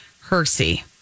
Hersey